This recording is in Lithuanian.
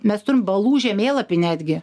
mes turim balų žemėlapį netgi